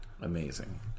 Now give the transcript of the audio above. Amazing